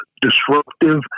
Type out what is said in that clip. disruptive